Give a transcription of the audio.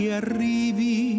arrivi